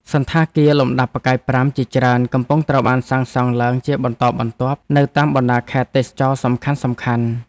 សណ្ឋាគារលំដាប់ផ្កាយប្រាំជាច្រើនកំពុងត្រូវបានសាងសង់ឡើងជាបន្តបន្ទាប់នៅតាមបណ្តាខេត្តទេសចរណ៍សំខាន់ៗ។